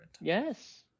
Yes